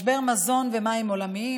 משברי מזון ומים עולמיים,